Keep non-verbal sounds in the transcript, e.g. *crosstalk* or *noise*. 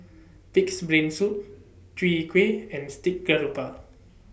*noise* Pig'S Brain Soup Chwee Kueh and Steamed Garoupa